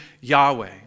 Yahweh